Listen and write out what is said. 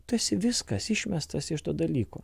tu esi viskas išmestas iš to dalyko